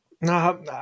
No